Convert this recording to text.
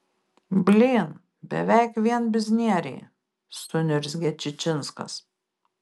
blyn beveik vien biznieriai suniurzgė čičinskas